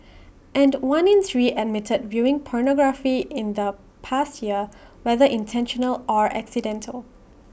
and one in three admitted viewing pornography in the past year whether intentional or accidental